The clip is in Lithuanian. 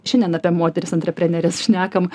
šiandien apie moteris antrepreneres šnekam